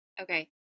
Okay